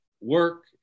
work